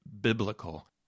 biblical